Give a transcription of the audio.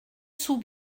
sous